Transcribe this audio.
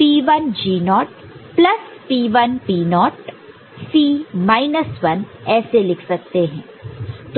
P1 G0 naught naught plus P1 P0 naught naught C minus 1 ऐसे लिख सकते हैं